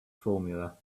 formula